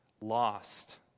lost